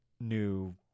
new